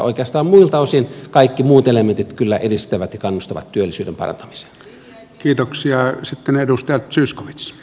oikeastaan muilta osin kaikki muut elementit kyllä edistävät ja kannustavat työllisyyden parantamiseen